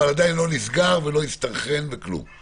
אבל עדיין לא נסגר ולא הסתנכרן ולא כלום.